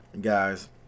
guys